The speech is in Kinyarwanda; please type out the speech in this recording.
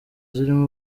zirimo